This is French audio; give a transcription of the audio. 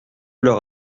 leur